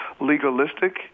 legalistic